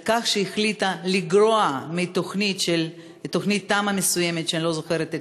שהחליטה לגרוע מתוכנית תמ"א מסוימת,